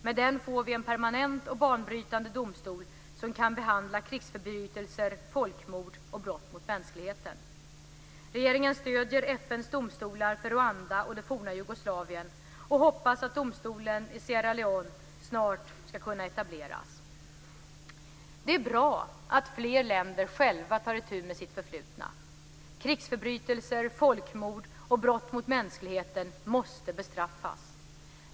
Med den får vi en permanent och banbrytande domstol som kan behandla krigsförbrytelser, folkmord och brott mot mänskligheten. Regeringen stöder FN:s domstolar för Rwanda och det forna Jugoslavien och hoppas att domstolen i Sierra Leone snart ska kunna etableras. Det är bra att fler länder själva tar itu med sitt förflutna. Krigsförbrytelser, folkmord och brott mot mänskligheten måste bestraffas.